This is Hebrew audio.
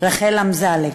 רחל אמזלג,